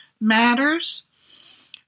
matters